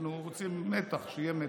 אנחנו רוצים מתח, שיהיה מתח.